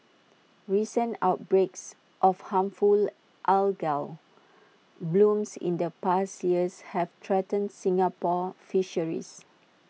recent outbreaks of harmful algal blooms in the past years have threatened Singapore fisheries